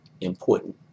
important